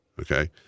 okay